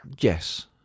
Yes